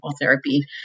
therapy